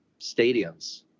stadiums